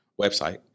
website